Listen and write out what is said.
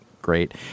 Great